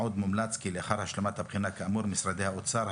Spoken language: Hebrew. עוד מומלץ כי לאחר השלמת הבחינה כאמור משרדי האוצר,